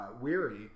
weary